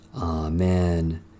Amen